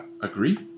agree